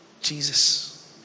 Jesus